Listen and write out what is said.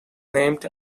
named